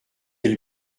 elle